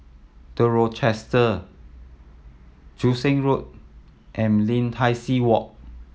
The Rochester Joo Seng Road and Lim Tai See Walk